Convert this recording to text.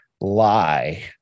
lie